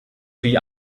wie